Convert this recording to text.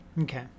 Okay